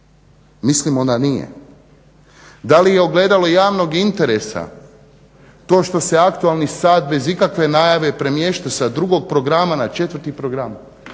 Mislimo da nije. Da li je ogledalo javnog interesa to što se aktualni sat bez ikakve najave premješta sa 2.programa na 4.program,